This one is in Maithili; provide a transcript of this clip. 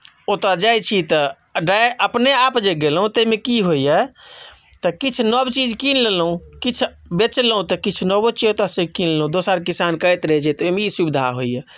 ओतय जाइत छी तऽ डाइ अपने आप जे गेलहुँ ताहिमे की होइए तऽ किछु नव चीज कीन लेलहुँ किछु बेचलहुँ तऽ किछु नवो चीज ओतयसँ किनलहुँ दोसर किसान कहैत रहैत छै तऽ ओहिमे ई सुविधा होइए